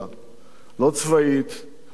לא צבאית ולא אחרת,